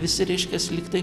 visi reiškias lyg tai